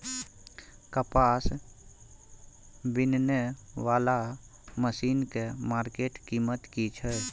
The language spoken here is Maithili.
कपास बीनने वाला मसीन के मार्केट कीमत की छै?